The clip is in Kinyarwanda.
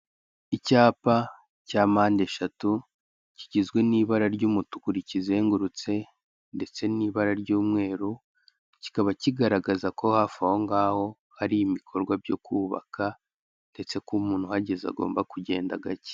Icyapa cya mpande eshatu, kigizwe n'ibara ry'umutuku rikizengurutse, ndetse n'ibara ry'umweru, kikaba kigaragaza ko ha hafi ahongaho hari ibikorwa byo kubaka, ndetse ko umuntu uhageze agomba kugenda gake.